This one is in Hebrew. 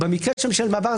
במקרה של ממשלת מעבר,